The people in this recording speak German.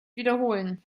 wiederholen